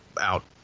out